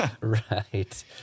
right